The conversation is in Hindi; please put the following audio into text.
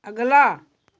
अगला